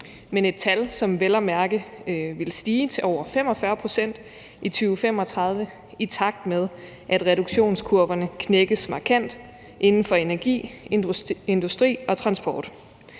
er et tal, som vel at mærke vil stige til over 45 pct. i 2035, i takt med at reduktionskurverne knækkes markant inden for energi, industri og transport.